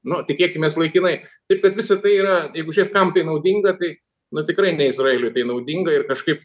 nu tikėkimės laikinai taip kad visa tai yra jeigu žiūrėt kam tai naudinga tai na tikrai ne izraeliui tai naudinga ir kažkaip